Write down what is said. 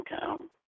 come